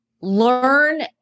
learn